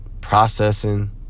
processing